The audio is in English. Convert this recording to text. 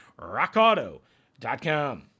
rockauto.com